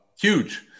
huge